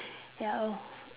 ya lor